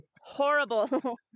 horrible